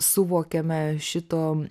suvokiame šito